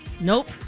nope